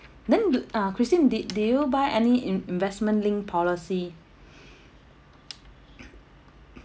then ah christine did did you do you any in~ investment linked policy